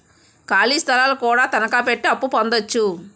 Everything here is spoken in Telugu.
ఖాళీ స్థలాలు కూడా తనకాపెట్టి అప్పు పొందొచ్చు